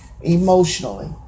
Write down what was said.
emotionally